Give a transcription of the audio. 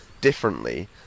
differently